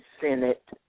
Senate